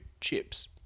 chips